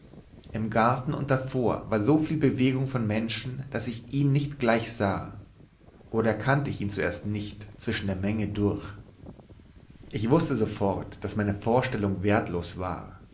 im garten und davor war so viel bewegung von menschen daß ich ihn nicht gleich sah oder erkannte ich ihn zuerst nicht zwischen der menge durch ich wußte sofort daß meine vorstellung wertlos war